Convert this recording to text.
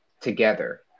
together